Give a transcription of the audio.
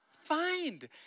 find